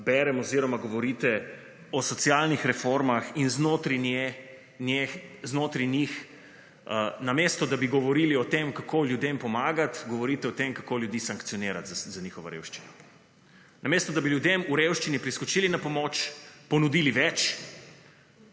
oziroma govorite o socialnih reformah in znotraj njih namesto, da bi govorili o tem kako ljudem pomagati, govorite o tem kako ljudi sankcionirati za njihovo revščino. Namesto, da bi ljudem v revščini priskočili na pomoč, ponudili več,